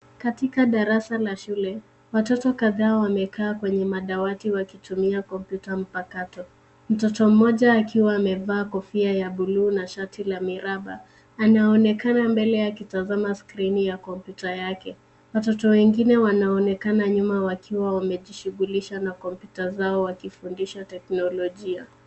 Katika darasa la shule, watoto kadhaa wamekaa kwenye madawati wakitumia kompyuta mpakato. Mtoto mmoja akiwa amevaa kofia ya blue na shati la miraba, anaonekana mbele akitazama skirini ya kompyuta yake. Watoto wengine wanaonekana nyuma wakiwa wamejishughulisha na kompyuta zao wakifundishwa teknolojia.